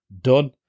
done